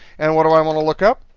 and what do i want to look up?